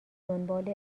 دنبال